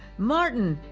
martin.